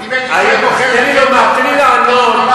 זה לא נכון, אז אתה לא יודע, אתה לא יודע כלום.